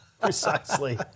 Precisely